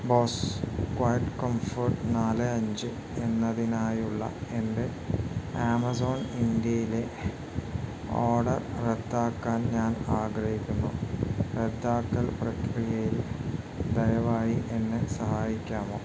boss quiet comfort നാല് അഞ്ച് എന്നതിനായുള്ള എൻ്റെ ആമസോൺ ഇൻഡ്യയിലെ ഓഡർ റദ്ദാക്കാൻ ഞാൻ ആഗ്രഹിക്കുന്നു റദ്ദാക്കൽ പ്രക്രിയയിൽ ദയവായി എന്നെ സഹായിക്കാമോ